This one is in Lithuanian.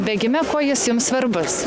bėgime kuo jis jums svarbus